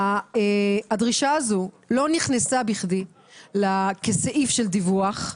הדרישה הזו לא נכנסה בכדי כסעיף של דיווח,